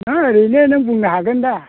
दा ओरैनो नों बुंनो हागोन दा